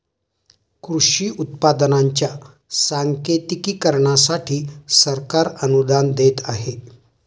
कृषी उत्पादनांच्या सांकेतिकीकरणासाठी सरकार अनुदान देत आहे